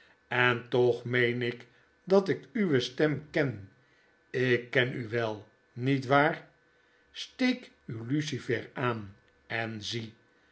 en toch meen ik dat ik uwe stem ken ik ken u wel niet waar steek uw lucifer aan en zie